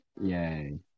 Yay